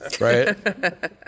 right